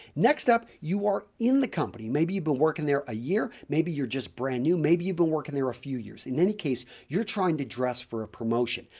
next up, you are in the company. maybe you've been working there a year maybe you're just brand new maybe you've been working there a few years. in any case, you're trying to dress for a promotion.